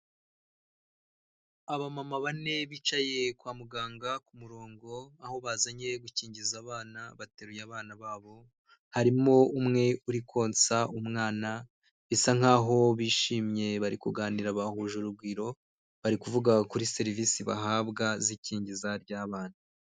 Abamama bane bicaye kwa muganga ku murongo aho bazanye gukingiza abana bateruye abana babo harimo umwe uri konsa umwana bisa nkaho bishimye bari kuganira bahuje urugwiro bari kuvuga kuri serivisi bahabwa z'ikingiza ry,abana.